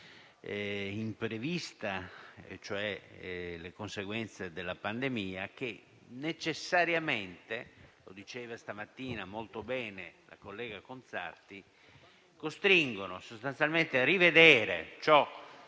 imprevista e alle conseguenze della pandemia, che necessariamente - lo diceva questa mattina molto bene la collega Conzatti - costringono a rivedere ciò